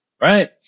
right